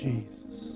Jesus